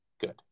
good